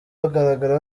bagaragara